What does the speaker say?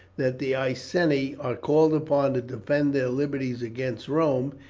that the iceni are called upon to defend their liberties against rome,